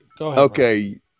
Okay